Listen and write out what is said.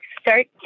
start